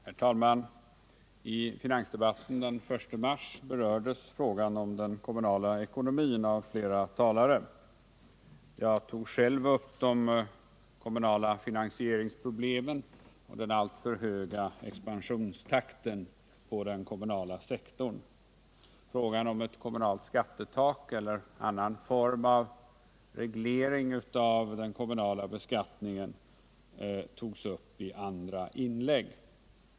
Herr talman! I finansdebatten den 1 mars berördes frågan om den kommunala ekonomin av flera talare. Jag tog själv upp de kommunala finansieringsproblemen och den alltför höga expansionstakten på den kommunala sektorn. Frågan om ett kommunalt skattetak eller annan form av reglering av den kommunala beskattningen togs upp i andra inlägg.